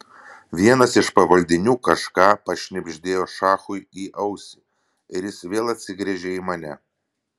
vienas iš pavaldinių kažką pašnibždėjo šachui į ausį ir jis vėl atsigręžė į mane